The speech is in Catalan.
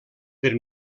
per